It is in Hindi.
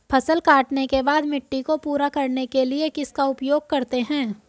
फसल काटने के बाद मिट्टी को पूरा करने के लिए किसका उपयोग करते हैं?